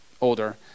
older